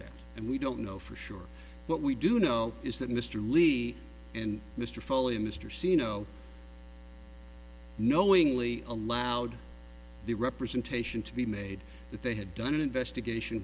that and we don't know for sure but we do know is that mr levy and mr foley mr seen no knowingly allowed the representation to be made that they had done an investigation